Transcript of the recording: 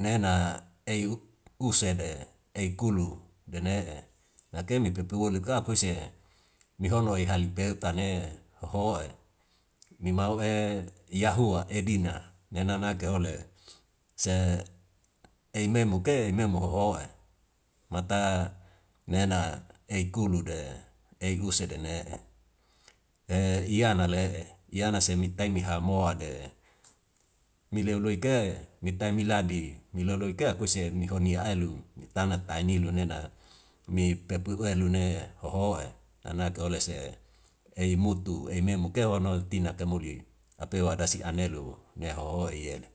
nena ei usede ei kulu dane'e nakemi pepu ole ka akuise ni hono ihali peu tane hohoe ni mau yahua edina ni ana nake hole se ei memo ke memo hohoe mata nena ei kulu de ei usu dane ei iyanale, iyana se miktai mohamo de mileu loike miktai miladi milo loike akuise mihoni ailu ni tana taini lunena mi pepu elune hohoe anake oles ei mutu ei memo ke wano tinaka muli apeu adasi anelu nehohoi yele.